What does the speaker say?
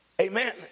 Amen